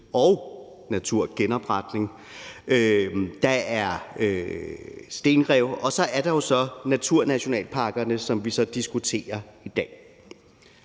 og naturgenopretning, der er stenrev, og så er der jo naturnationalparkerne, som vi så diskuterer i dag.